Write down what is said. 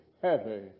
Heavy